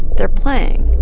they're playing